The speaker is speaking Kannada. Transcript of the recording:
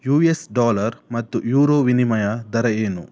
ಯು ಎಸ್ ಡಾಲರ್ ಮತ್ತು ಯೂರೋ ವಿನಿಮಯ ದರ ಏನು